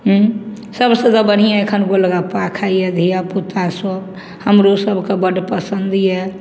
सबसॅं तऽ बढ़िऑं एखन गोलगप्पा खाइया धिआपुता सब हमरो सबके बड्ड पसन्द यऽ